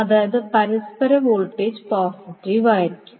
അതായത് പരസ്പര voltage positive ആയിരിക്കും